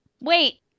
Wait